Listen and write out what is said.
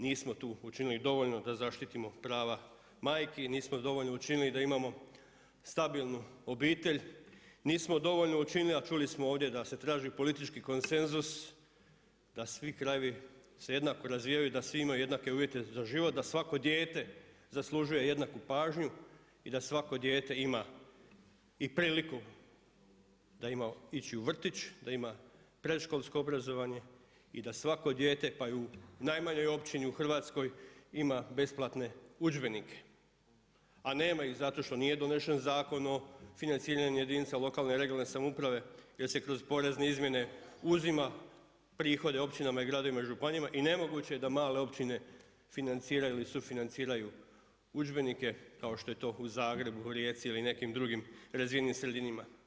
Nismo tu učinili dovoljno da zaštitimo prava majki, nismo dovoljno učinili da imamo stabilnu obitelj, nismo dovoljno učinili, a čuli smo ovdje da se traži politički konsenzus, da svi krajevi se jednako razvijaju, da svi imaju jednake uvjete za život, da svako dijete zaslužuje jednaku pažnju i da svako dijete ima i priliku da ima ići u vrtić, da ima predškolsko obrazovanje i da svako dijete pa i u najmanjoj općini u Hrvatskoj ima besplatne udžbenike, a nema ih zato što nije donesen Zakon o financiranje jedinica lokalne (regionalne) samouprave, jer se kroz porezne izmjene uzima prihode općinama, gradovima i županijama i nemoguće je da male općine financiraju i sufinanciraju udžbenike kao što je to u Zagrebu, u Rijeci ili nekim drugim razvijenim sredinama.